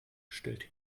stellte